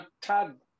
Todd